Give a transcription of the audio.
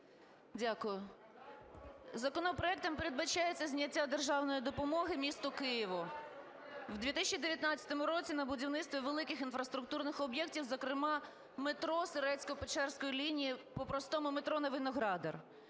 Дякую. Законопроектом передбачається зняття державної допомоги місту Києву. В 2019 році на будівництво великих інфраструктурних об'єктів, зокрема метро Сирецько-Печерської лінії, по-простому - метро на Виноградар.